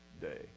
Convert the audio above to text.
day